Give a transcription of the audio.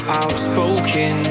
outspoken